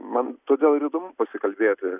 man todėl ir įdomu pasikalbėti